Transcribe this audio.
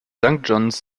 john’s